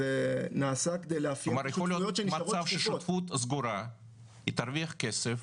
כלומר יכול להיות מצב ששותפות סגורה תרוויח כסף,